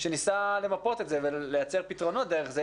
שניסה למפות את זה ולייצר פתרונות דרך זה.